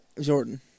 Jordan